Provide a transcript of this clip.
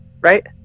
right